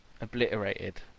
obliterated